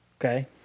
Okay